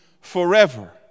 forever